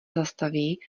zastaví